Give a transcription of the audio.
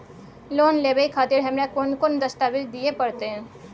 Loan लेवे खातिर हमरा कोन कौन दस्तावेज दिय परतै?